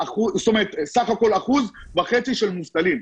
בו סך הכול אחוז וחצי של מובטלים.